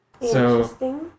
Interesting